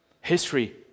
history